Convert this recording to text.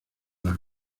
las